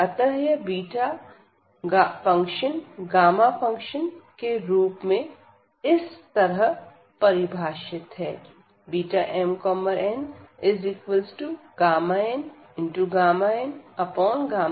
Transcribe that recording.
अतः यह beta function gamma function के रूप में इस तरह परिभाषित है Bmnmnmn